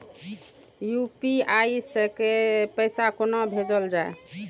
UPI सै पैसा कोना भैजल जाय?